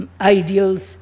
ideals